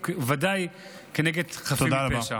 ודאי כנגד חפים מפשע.